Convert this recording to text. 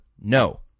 No